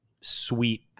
sweet